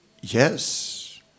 yes